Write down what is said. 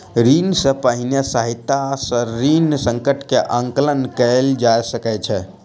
ऋण सॅ पहिने सहायता सॅ ऋण संकट के आंकलन कयल जा सकै छै